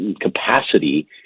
capacity